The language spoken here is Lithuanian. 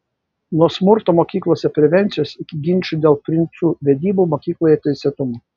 nuo smurto mokyklose prevencijos iki ginčų dėl princų vedybų mokykloje teisėtumo